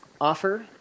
offer